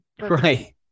right